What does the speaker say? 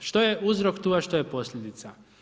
Što je uzrok tu, a što je posljedica?